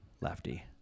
Lefty